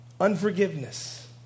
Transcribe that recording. Unforgiveness